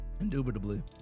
indubitably